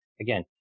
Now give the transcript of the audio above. again